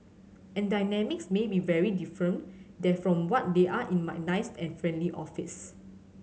and dynamics may be very different there from what they are in my nice and friendly office